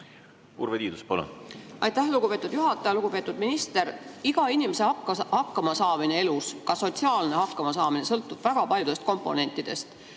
Urve Tiidus, palun! Aitäh, lugupeetud juhataja! Lugupeetud minister! Iga inimese hakkamasaamine elus, ka sotsiaalne hakkamasaamine, sõltub väga paljudest komponentidest.